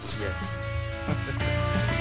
Yes